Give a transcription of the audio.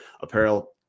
Apparel